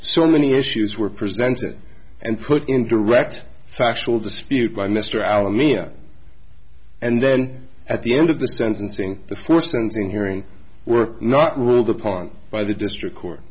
so many issues were presented and put in direct factual dispute by mr allen mia and then at the end of the sentencing for sentencing hearing were not ruled upon by the district court